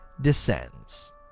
descends